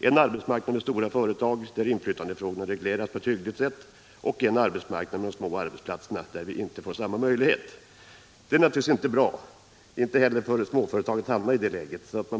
en arbetsmarknad med de stora företagen, där inflytandefrågorna regleras på ett hyggligt sätt, och en arbetsmarknad med de små arbetsplatserna, där vi inte får samma möjlighet. Det är naturligtvis inte bra, inte heller för småföretag, att hamna i det läget.